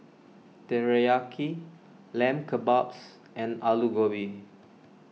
Teriyaki Lamb Kebabs and Alu Gobi